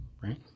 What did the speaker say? Right